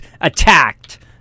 attacked